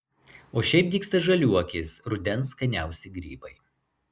o šiaip dygsta žaliuokės rudens skaniausi grybai